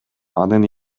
анын